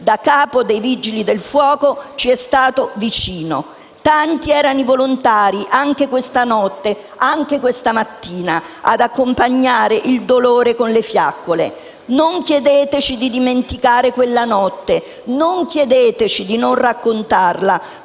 di capo dei Vigili del fuoco, ci è stato vicino. Tanti erano i volontari, anche questa notte, anche questa mattina ad accompagnare il dolore con le fiaccole. Non chiedeteci di dimenticare quella notte, non chiedeteci di non raccontarla.